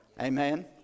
Amen